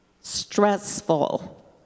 stressful